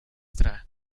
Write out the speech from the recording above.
ntra